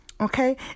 Okay